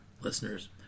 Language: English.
listeners